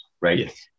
right